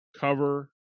cover